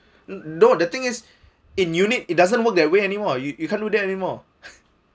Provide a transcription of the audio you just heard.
no the thing is in unit it doesn't work that way anymore you you can't do that anymore